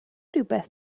rywbeth